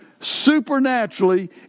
supernaturally